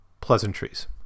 pleasantries